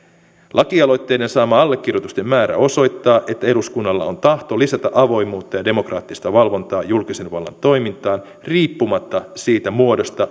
lakialoitteiden saama allekirjoitusten määrä osoittaa että eduskunnalla on tahto lisätä avoimuutta ja demokraattista valvontaa julkisen vallan toimintaan riippumatta siitä